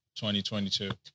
2022